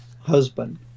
husband